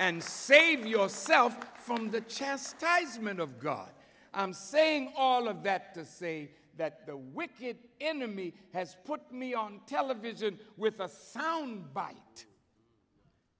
and save yourself from the chastisement of god i'm saying all of that to say that the wicked enemy has put me on television with a soundbite